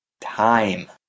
time